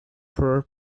four